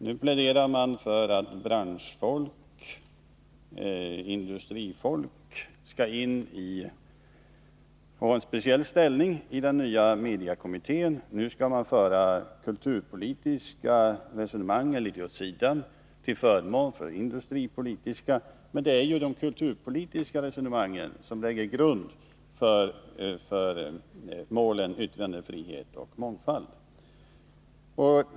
Nu pläderar man för att industrifolk skall få en speciell ställning i den nya mediekommittén. Nu skall de kulturpolitiska resonemangen föras litet åt sidan till förmån för industripolitiska. Men det är ju de kulturpolitiska resonemangen som lägger grunden för målen yttrandefrihet och mångfald.